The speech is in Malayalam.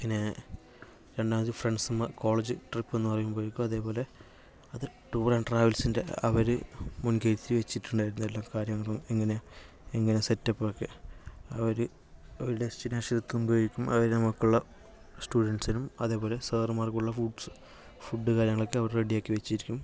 പിന്നെ രണ്ടാമത് ഫ്രണ്ട്സ് മ്മ് കോളേജ് ട്രിപ് എന്ന് പറയുമ്പോയേക്കും അതേപോലെ അത് ടൂർ ആൻഡ് ട്രാവൽസിൻ്റെ അവര് മുൻ കരുതി വെച്ചിട്ടുണ്ടായിരുന്നു എല്ലാ കാര്യങ്ങളും എങ്ങനെയാണ് എങ്ങനെ സെറ്റപ്പൊക്കെ അവര് ഒര് ഡെസ്റ്റിനേഷൻ എത്തുമ്പോയേക്കും അവര് നമുക്കുള്ള സ്റ്റുഡൻസിനും അതെപോലെ സാറന്മാർക്കുമുള്ള ഫുഡ്സ് ഫുഡ് കാര്യങ്ങളൊക്കെ അവർ റെഡിയാക്കി വെച്ചിരിക്കും